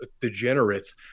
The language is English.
degenerates